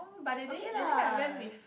okay lah